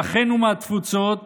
לאחינו מהתפוצות